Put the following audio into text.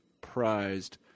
prized